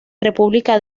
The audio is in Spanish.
república